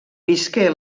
visqué